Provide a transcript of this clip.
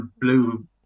blue